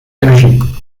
energie